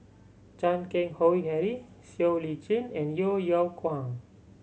Chan Keng Howe Harry Siow Lee Chin and Yeo Yeow Kwang